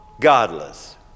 godless